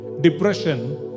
depression